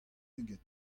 ugent